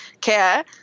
care